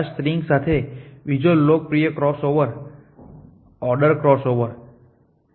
આ સ્ટ્રીંગ સાથે બીજો લોકપ્રિય ક્રોસઓવર ઓર્ડર ક્રોસઓવર છે